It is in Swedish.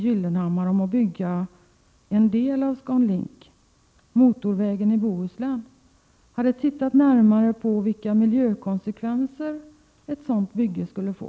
Gyllenhammar att bygga en del av ScanLink, motorvägen i Bohuslän, hade tittat närmare på vilka miljökonsekvenser ett sådant bygge skulle få.